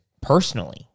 personally